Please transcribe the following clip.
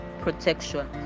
protection